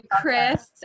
Chris